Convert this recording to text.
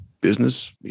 business